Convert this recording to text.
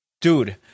dude